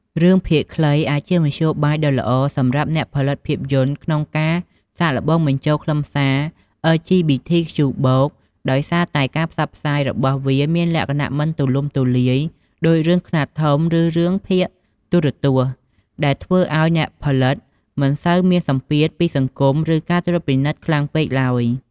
រឿងភាគខ្លី អាចជាមធ្យោបាយដ៏ល្អសម្រាប់អ្នកផលិតភាពយន្តក្នុងការសាកល្បងបញ្ចូលខ្លឹមសារ អិល ជី ប៊ី ធី ខ្ជូ បូក (LGBTQ+) ដោយសារតែការផ្សព្វផ្សាយរបស់វាមានលក្ខណៈមិនទូលំទូលាយដូចរឿងខ្នាតធំ ឬរឿងភាគទូរទស្សន៍ ដែលធ្វើឱ្យអ្នកផលិតមិនសូវមានសម្ពាធពីសង្គម ឬការត្រួតពិនិត្យខ្លាំងពេកទ្បើយ។